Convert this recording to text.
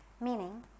meaning